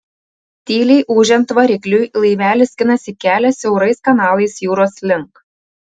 tyliai ūžiant varikliui laivelis skinasi kelią siaurais kanalais jūros link